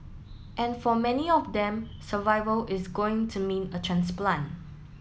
and for many of them survival is going to mean a transplant